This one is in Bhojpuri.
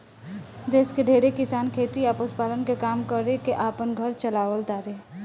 देश के ढेरे किसान खेती आ पशुपालन के काम कर के आपन घर चालाव तारे